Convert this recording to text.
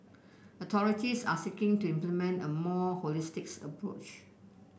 authorities are seeking to implement a more holistic's approach